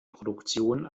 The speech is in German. produktion